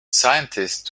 scientists